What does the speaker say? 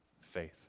faith